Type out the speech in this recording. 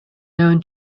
known